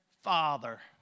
father